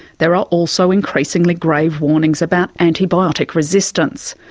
there are also increasingly grave warnings about antibiotic resistance.